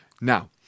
Now